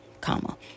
comma